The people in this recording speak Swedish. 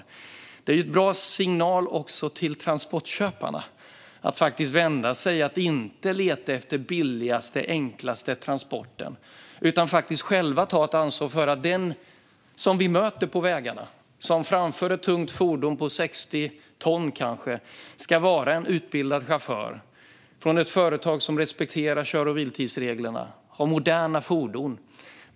Det ger också en bra signal till transportköparna att inte leta efter den billigaste, enklaste transporten utan faktiskt själva ta ansvar för att den som vi möter på vägarna, som framför ett tungt fordon på kanske 60 ton, ska vara en utbildad chaufför från ett företag som respekterar kör och vilotidsreglerna och har moderna fordon.